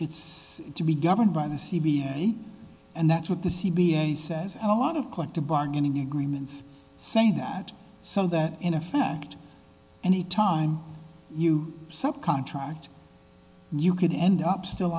it's to be governed by the c b d and that's what the c b s says a lot of collective bargaining agreements saying that so that in effect any time you sub contract you could end up still